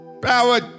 power